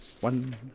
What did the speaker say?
one